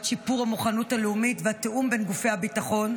שיפור המוכנות הלאומית והתיאום בין גופי הביטחון,